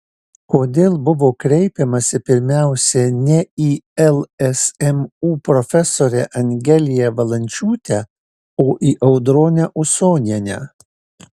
kodėl buvo kreipiamasi pirmiausia ne į lsmu profesorę angeliją valančiūtę o į audronę usonienę